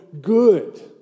good